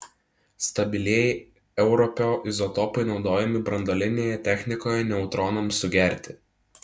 stabilieji europio izotopai naudojami branduolinėje technikoje neutronams sugerti